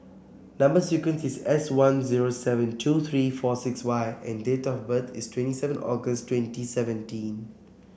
number sequence is S one zero seven two three four six Y and date of birth is twenty seven August twenty seventeen